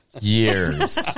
years